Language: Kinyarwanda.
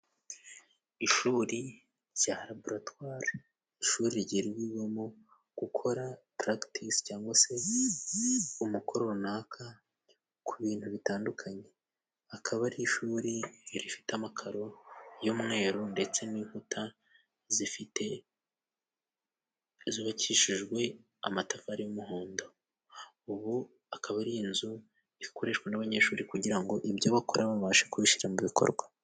Ishuri rya raboratwari , ishuri ryigirwamo gukora purakitisi cyangwa se umukoro runaka ku bintu bitandukanye .Akaba ari ishuri rifite amakaro y'umweru ndetse n'inkuta zifite zubakishijwe amatafari y'umuhondo. Ubu akaba ari inzu ikoreshwa n'abanyeshuri kugira ngo ibyo bakora babashe kubishira mu bikorwa.